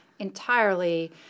entirely